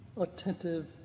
attentive